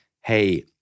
hey